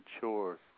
chores